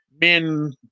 men